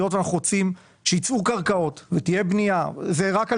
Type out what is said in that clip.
היות ואנחנו רוצים שיצאו קרקעות ותהיה בנייה זה רק על